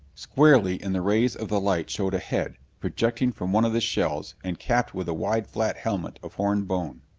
squarely in the rays of the light showed a head, projecting from one of the shells and capped with a wide flat helmet of horned bone.